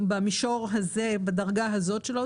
עשיתי בדיקה מאוד